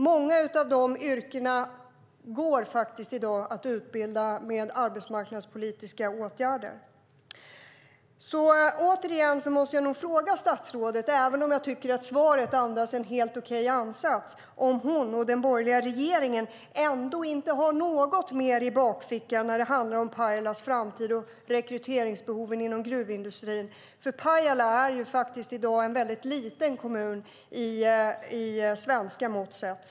Många av de yrkena går det i dag att utbilda till med arbetsmarknadspolitiska åtgärder. Återigen måste jag nog fråga statsrådet, även om jag tycker att svaret är en helt okej ansats, om hon och den borgerliga regeringen ändå inte har något mer i bakfickan när det handlar om Pajalas framtid och rekryteringsbehoven inom gruvindustrin, för Pajala är i dag en väldigt liten kommun med svenska mått mätt.